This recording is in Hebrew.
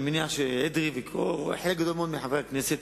אני מניח שאדרי וחלק גדול מחברי הכנסת